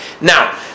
Now